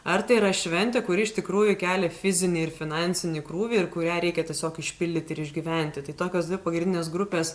ar tai yra šventė kuri iš tikrųjų kelia fizinį ir finansinį krūvį ir kurią reikia tiesiog išpildyti ir išgyventi tai tokios dvi pagrindinės grupės